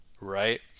right